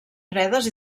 fredes